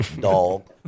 dog